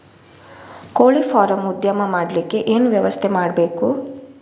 ಕೋಳಿ ಫಾರಂ ಉದ್ಯಮ ಮಾಡಲಿಕ್ಕೆ ಏನು ವ್ಯವಸ್ಥೆ ಮಾಡಬೇಕು?